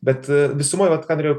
bet visumoj vat ką norėjau